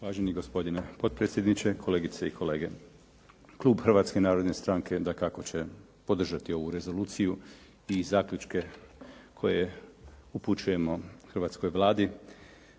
Uvaženi gospodine potpredsjedniče, kolegice i kolege, klub Hrvatske narodne stranke dakako će podržati ovu rezoluciju i zaključke koje upućujemo hrvatskoj Vladi.